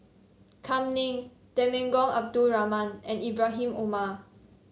Kam Ning Temenggong Abdul Rahman and Ibrahim Omar